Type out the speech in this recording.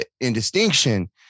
indistinction